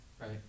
right